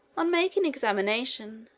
on making examination,